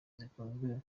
zikunzwe